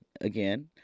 again